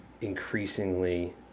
increasingly